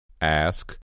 Ask